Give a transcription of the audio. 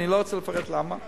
ואני לא רוצה לפרט למה,